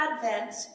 Advent